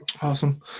Awesome